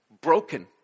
broken